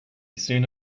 soon